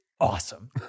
awesome